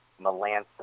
Melanson